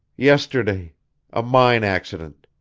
yesterday a mine accident.